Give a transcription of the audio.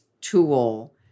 tool